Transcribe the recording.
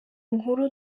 nkuru